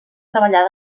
treballar